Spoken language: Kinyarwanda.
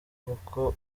kuko